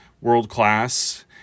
world-class